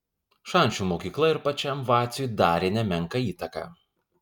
šančių mokykla ir pačiam vaciui darė nemenką įtaką